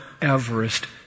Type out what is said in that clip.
Everest